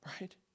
Right